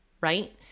right